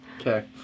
Okay